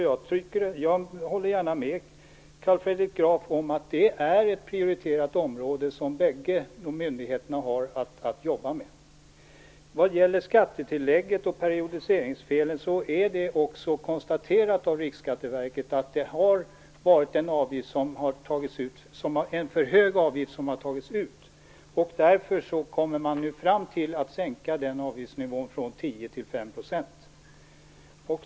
Jag håller gärna med Carl Fredrik Graf om att det är ett prioriterat område, som bägge myndigheterna har att jobba med. Vad gäller skattetillägget och periodiseringsfelet har Riksskatteverket också konstaterat att det har tagits ut en för hög avgift. Därför kommer man nu fram till att man bör sänka avgiftsnivån från 10 % till 5 %.